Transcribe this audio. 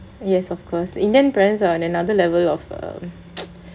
yes of course indian parents are on another level of um